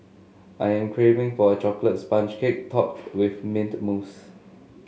I am craving for a chocolate sponge cake topped with mint mousse